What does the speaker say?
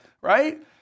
right